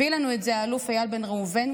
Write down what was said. הביא לנו את זה האלוף איל בן ראובן.